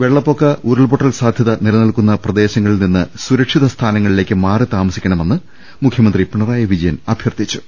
വെള്ളപ്പൊ ക്ക ഉരുൾപൊട്ടൽ സാധൃത നിലനിൽക്കുന്ന പ്രദേശങ്ങളിൽ നിന്ന് സുരക്ഷിത സ്ഥാനങ്ങളിലേക്ക് മാറിത്താമസിക്കണമെന്ന് മുഖ്യ്മന്ത്രി പിണറായി വിജ യൻ അഭ്യർത്ഥിച്ചു